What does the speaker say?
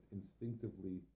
instinctively